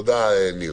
תודה, ניר.